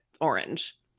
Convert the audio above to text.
orange